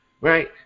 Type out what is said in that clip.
right